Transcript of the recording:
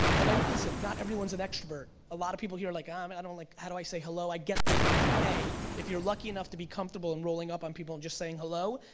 and um listen not everyone's an extrovert, a lot of people here are like, um and ah like how do i say hello, i get that. but a, if you're lucky enough to be comfortable in rolling up on people and just saying hello,